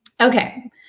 Okay